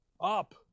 up